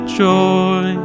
joy